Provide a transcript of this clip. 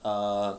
err